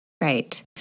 right